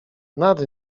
nad